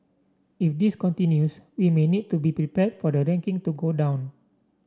if this continues we may need to be prepared for the ranking to go down